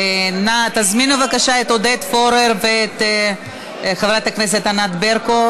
תזמינו בבקשה את עודד פורר ואת חברת הכנסת ענת ברקו.